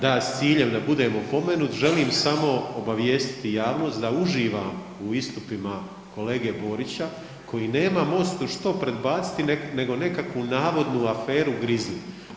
Da, s ciljem da budem opomenut želim samo obavijestiti javnost da uživam u istupima kolege Borića koji nema MOST-u što predbaciti nego nekakvu navodnu aferu Grizli.